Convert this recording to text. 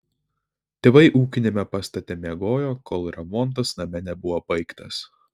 tėvai ūkiniame pastate miegojo kol remontas name nebuvo baigtas